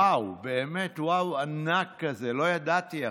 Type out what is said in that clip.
וואו, באמת וואו ענק כזה, אפילו לא ידעתי.